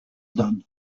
done